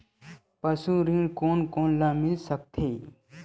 पशु ऋण कोन कोन ल मिल सकथे?